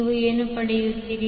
ನೀವು ಏನು ಪಡೆಯುತ್ತೀರಿ